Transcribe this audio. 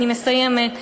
אני מסיימת.